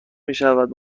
میشود